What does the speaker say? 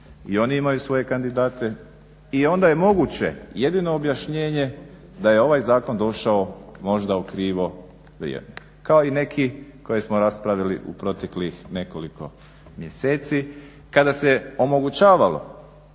i oni imaju svoje kandidate i onda je moguće jedino objašnjenje da je ovaj zakon došao možda u krivo vrijeme kao i neki koje smo raspravili u proteklih nekoliko mjeseci kada se omogućavalo